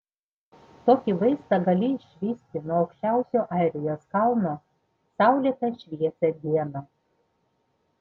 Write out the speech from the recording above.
tokį vaizdą gali išvysti nuo aukščiausio airijos kalno saulėtą šviesią dieną